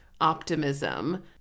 optimism